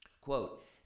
quote